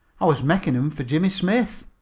i was making em for jimmy smith.